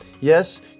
Yes